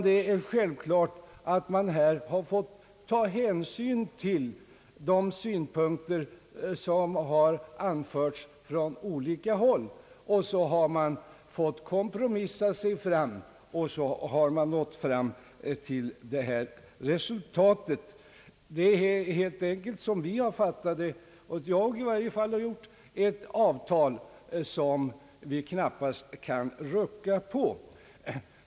Det är självklart att man från svensk sida har fått ta hänsyn till de synpunkter som anförts från olika håll, och så har man fått kompromissa sig fram till detta resultat. Det är enligt vår uppfattning ett avtal som vi knappast kan rucka på.